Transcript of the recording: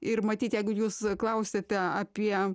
ir matyt jeigu jūs klausiate apie